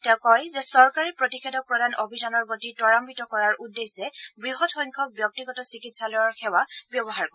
তেওঁ কয় যে চৰকাৰে প্ৰতিষেধক প্ৰদান অভিযানৰ গতি ত্বৰান্নিত কৰাৰ উদ্দেশ্যে বৃহৎ সংখ্যক ব্যক্তিগত চিকিৎসালয়ৰ সেৱা ব্যৱহাৰ কৰিব